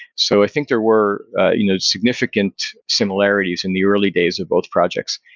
so i think there were you know significant similarities in the early days of both projects,